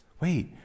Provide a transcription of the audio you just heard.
Wait